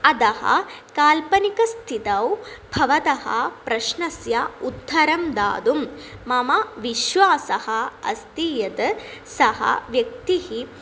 अतः काल्पनिकस्थितौ भवतः प्रश्नस्य उत्तरं दातुं मम विश्वासः अस्ति यत् सः व्यक्तिः